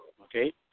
Okay